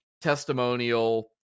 testimonial